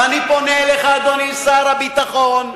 ואני פונה אליך, אדוני שר הביטחון.